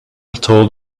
told